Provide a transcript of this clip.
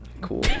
Cool